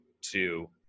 two